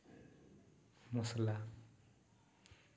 ᱢᱚᱥᱞᱟ